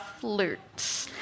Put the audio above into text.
flute